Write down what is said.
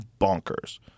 bonkers